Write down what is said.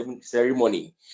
ceremony